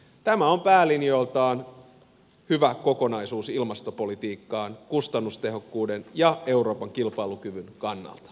tämä on päälinjoiltaan hyvä kokonaisuus ilmastopolitiikkaan kustannustehokkuuden ja euroopan kilpailukyvyn kannalta